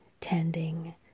tending